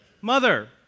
mother